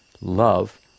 love